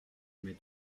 mais